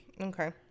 Okay